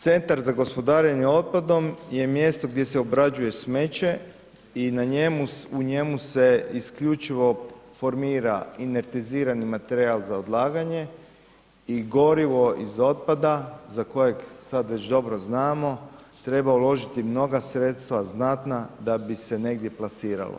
Centar za gospodarenje otpadom je mjesto gdje se obrađuje smeće i na njemu, u njemu se isključivo formira inertizirani materijal za odlaganje i gorivo iz otpada za kojeg sad već dobro znamo treba uložiti mnoga sredstva, znatna da bi se negdje plasiralo.